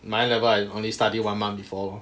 my N level I only study one month before lor